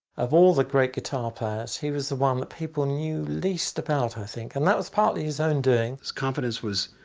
of all the great guitar players, he was the one that people knew least about, i think, and that was partly his own doing. his confidence was